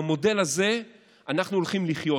במודל הזה אנחנו הולכים לחיות,